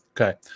Okay